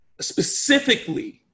specifically